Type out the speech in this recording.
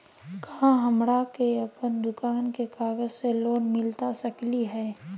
का हमरा के अपन दुकान के कागज से लोन मिलता सकली हई?